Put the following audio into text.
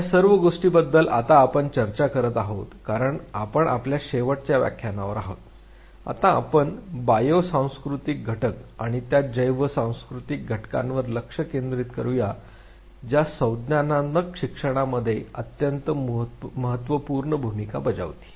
या सर्व गोष्टींबद्दल आता आपण चर्चा करत आहोत कारण आपण आपल्या शेवटच्या व्याख्यानावर आहोत आता आपण बायो सांस्कृतिक घटक आणि त्या जैव सांस्कृतिक घटकांवर लक्ष केंद्रित करूया ज्या संज्ञानात्मक शिक्षणामध्ये अत्यंत महत्त्वपूर्ण भूमिका बजावतील